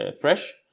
fresh